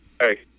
Hey